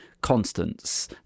constants